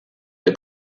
der